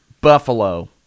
Buffalo